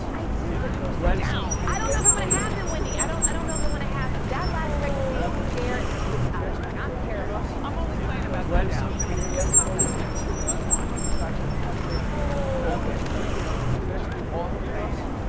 i do, but, oh sit down! i don't know if i'm gonna have them wendy. i don't i don't know if i wanna have them. that last pregnancy scared the bleep out of me. like i'm terrified right now. i'm only playing about sit down. i mean you're young enough to have as many children as you want. and you got your husband and yeah the whole bit. so you know, do what you do. all's i'm saying is